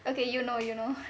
okay you know you know